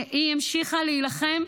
היא המשיכה להילחם,